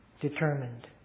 determined